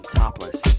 topless